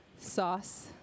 sauce